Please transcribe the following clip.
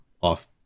off